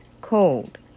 cold